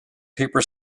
paper